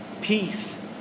Peace